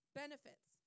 benefits